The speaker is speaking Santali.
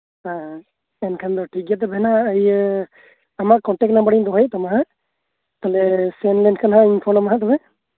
ᱦᱮᱸ ᱦᱮᱸ ᱚᱱᱠᱷᱟᱱ ᱫᱚ ᱴᱷᱤᱠ ᱜᱮᱭᱟ ᱦᱮᱱᱟᱜᱼᱟ ᱤᱭᱟᱹ ᱟᱢᱟᱜ ᱠᱚᱱᱴᱮᱠᱴ ᱱᱟᱢᱵᱟᱨ ᱤᱧ ᱫᱚᱦᱚᱭᱮᱜ ᱛᱟᱢᱟ ᱛᱟᱦᱞᱮ ᱥᱮᱱᱠᱷᱟᱱ ᱛᱟᱦᱞᱮᱧ ᱯᱷᱳᱱ ᱟᱢᱟ